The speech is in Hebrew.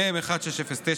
מ/1609.